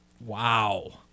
Wow